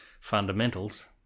fundamentals